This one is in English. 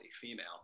female